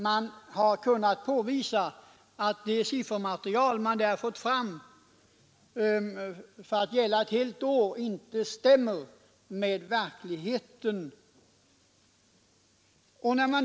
Man har kunnat påvisa att det siffermaterial som därvid framkom tillämpat på ett helt år inte stämmer med verkligheten.